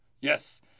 Yes